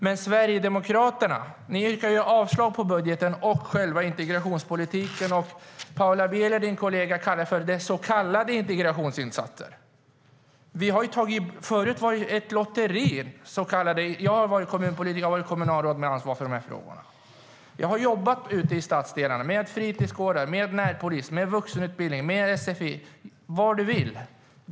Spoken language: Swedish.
Men ni i Sverigedemokraterna yrkar ju avslag på budgeten och själva integrationspolitiken, Sven-Olof Sällström. Din kollega Paula Bieler benämnde det så kalladeFörut var det ett lotteri. Jag har varit kommunpolitiker och kommunalråd med ansvar för de här frågorna. Jag har jobbat ute i stadsdelarna med fritidsgårdar, närpolis, vuxenutbildning, sfi och vad man vill.